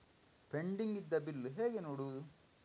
Pending ಇದ್ದ bill ಹೇಗೆ ನೋಡುವುದು?